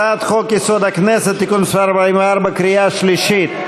הצעת חוק-יסוד: הכנסת (תיקון מס' 44) בקריאה שלישית: